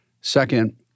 Second